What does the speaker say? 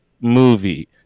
movie